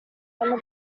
under